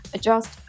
Adjust